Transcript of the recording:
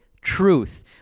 Truth